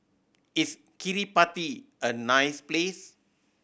is Kiribati a nice place